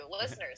listeners